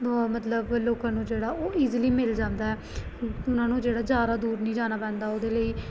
ਮਤਲਬ ਲੋਕਾਂ ਨੂੰ ਜਿਹੜਾ ਉਹ ਈਜ਼ਲੀ ਮਿਲ ਜਾਂਦਾ ਉਹਨਾਂ ਨੂੰ ਜਿਹੜਾ ਜ਼ਿਆਦਾ ਦੂਰ ਨਹੀਂ ਜਾਣਾ ਪੈਂਦਾ ਉਹਦੇ ਲਈ